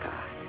God